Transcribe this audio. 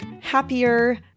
happier